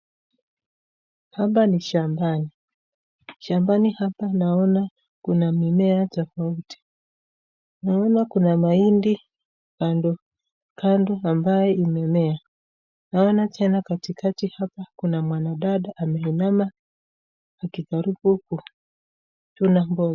Hapa ni shambani. Shambani hapa naona kuna mimea tofauti. Naona kuna mahindi kando kando ambayo imemea. Naona pia katikati hapa kuna mwanadada ameinama akijaribu kuchuna mboga.